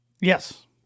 Yes